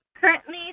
Currently